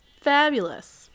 fabulous